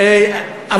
גם